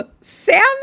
Sam